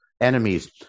enemies